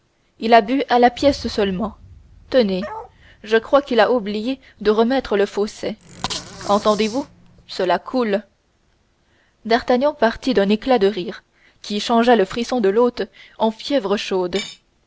il a bu à la pièce seulement tenez je crois qu'il a oublié de remettre le fosset entendezvous cela coule d'artagnan partit d'un éclat de rire qui changea le frisson de l'hôte en fièvre chaude